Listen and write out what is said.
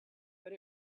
but